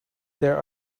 there